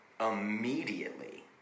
immediately